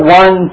one